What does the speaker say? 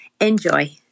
enjoy